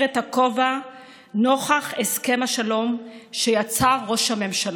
את הכובע נוכח הסכם השלום שיצר ראש הממשלה.